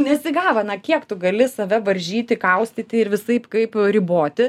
nesigavo na kiek tu gali save varžyti kaustyti ir visaip kaip riboti